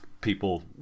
people